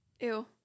Ew